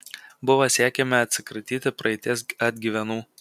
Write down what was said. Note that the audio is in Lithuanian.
buvo siekiama atsikratyti praeities atgyvenų